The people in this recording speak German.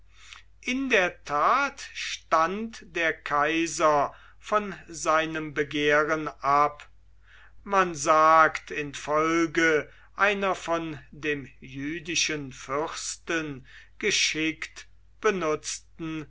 in der tat stand der kaiser von seinem begehren ab man sagt infolge einer von dem jüdischen fürsten geschickt benutzten